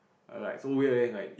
err like so weird leh it's like